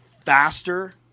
faster